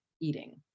eating